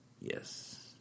Yes